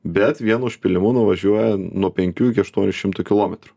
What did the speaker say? bet vienu užpylimu nuvažiuoja nuo penkių iki aštuonių šimtų kilometrų